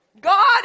God